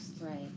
Right